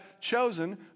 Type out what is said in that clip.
chosen